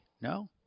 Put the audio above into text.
No